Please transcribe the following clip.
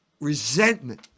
resentment